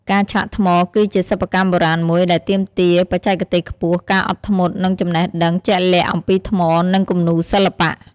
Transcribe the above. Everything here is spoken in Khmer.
ការឆ្លាក់ថ្ម គឺជាសិប្បកម្មបុរាណមួយដែលទាមទារបច្ចេកទេសខ្ពស់ ការអត់ធ្មត់ និងចំណេះដឹងជាក់លាក់អំពីថ្មនិងគំនូរសិល្បៈ។